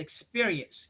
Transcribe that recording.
experience